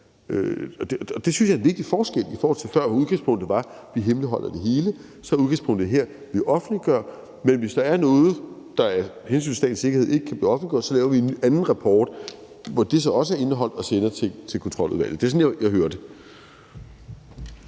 Det synes jeg er en vigtig forskel i forhold til før, hvor udgangspunktet var, at man hemmeligholder det hele. Her er udgangspunktet så, at man offentliggør, men at man, hvis der er noget, der af hensyn til statens sikkerhed ikke kan blive offentliggjort, så laver en anden rapport, hvor det så også er indeholdt, som man sender til Kontroludvalget. Det er sådan, jeg hører